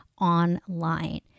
online